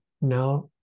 Now